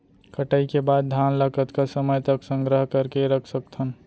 कटाई के बाद धान ला कतका समय तक संग्रह करके रख सकथन?